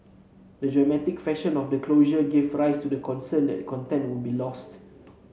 the dramatic fashion of the closure gave rise to the concern that the content would be lost